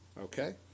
Okay